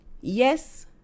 yes